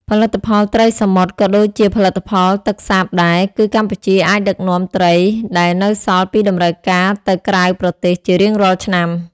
ផលិតផលត្រីសមុទ្រក៏ដូចជាផលិផលទឹកសាបដែរ គឺកម្ពុជាអាចដឹកនាំត្រីដែលនៅសល់ពីតម្រូវការទៅក្រៅប្រទេសជារៀងរាល់ឆ្នាំ។